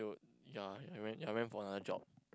you would ya I went I went for another job